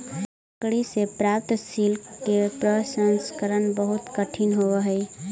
मकड़ि से प्राप्त सिल्क के प्रसंस्करण बहुत कठिन होवऽ हई